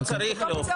זה לא צריך להופיע.